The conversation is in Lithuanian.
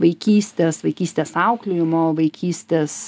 vaikystės vaikystės auklėjimo vaikystės